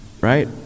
right